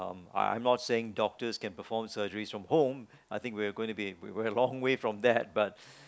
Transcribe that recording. I'm not saying doctors can perform surgeries from home I think we're going to be we're we're a long way from that but